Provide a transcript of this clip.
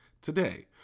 Today